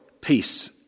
peace